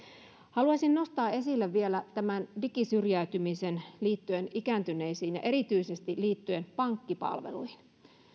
haluaisin nostaa esille vielä tämän digisyrjäytymisen liittyen ikääntyneisiin ja erityisesti liittyen pankkipalveluihin